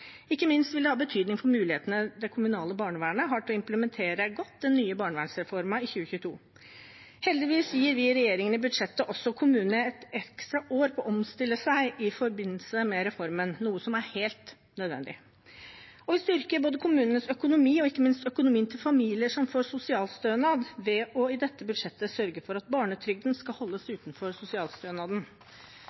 Ikke minst vil det ha betydning for mulighetene det kommunale barnevernet har til godt å implementere den nye barnevernsreformen i 2022. Heldigvis gir regjeringen i budsjettet også kommunene et ekstra år på å omstille seg i forbindelse med reformen, noe som er helt nødvendig. Vi styrker både kommunenes økonomi og ikke minst økonomien til familier som får sosialstønad, ved i dette budsjettet å sørge for at barnetrygden skal holdes utenfor sosialstønaden.